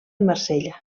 marsella